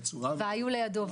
והיו לידו,